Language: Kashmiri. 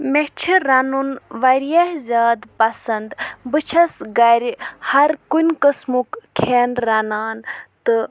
مےٚ چھِ رَنُن واریاہ زیادٕ پَسنٛد بہٕ چھس گَرِ ہرکُنہِ قٕسمُک کھٮ۪ن رَنان تہٕ